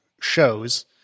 shows